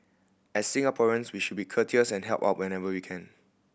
as Singaporeans we should be courteous and help out whenever we can